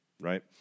right